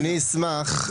אני אשמח,